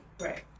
right